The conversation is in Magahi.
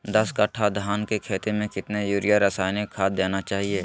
दस कट्टा धान की खेती में कितना यूरिया रासायनिक खाद देना चाहिए?